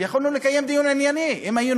יכולנו לקיים דיון ענייני אם היינו